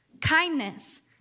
kindness